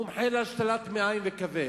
מומחה להשתלת מעיים וכבד,